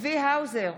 צבי האוזר,